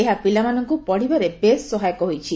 ଏହା ପିଲାମାନଙ୍କୁ ପଢ଼ିବାରେ ବେଶ୍ ସହାୟକ ହୋଇଛି